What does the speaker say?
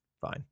fine